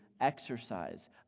exercise